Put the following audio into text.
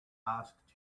asked